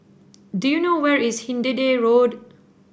do you know where is Hindhede Road